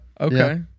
Okay